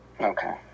Okay